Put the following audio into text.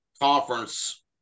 Conference